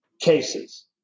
cases